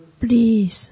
please